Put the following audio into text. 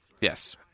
Yes